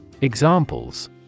Examples